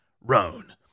Roan